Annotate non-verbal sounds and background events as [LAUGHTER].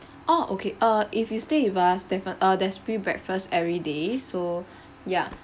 oh okay uh if you stay with us defi~ uh there's free breakfast every day so [BREATH] ya